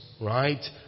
right